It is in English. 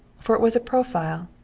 for it was a profile,